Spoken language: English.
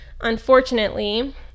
unfortunately